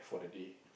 for the day